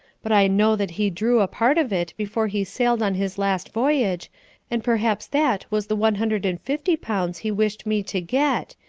but i know that he drew a part of it before he safled on his last vojrage and perhaps that was the one hundred and fifty pounds he wished me to get,